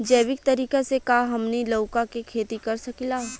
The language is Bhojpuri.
जैविक तरीका से का हमनी लउका के खेती कर सकीला?